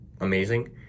amazing